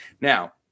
Now